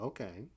Okay